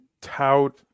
tout